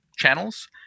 channels